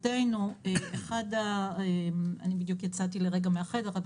בדיוק יצאתי לרגע מהחדר,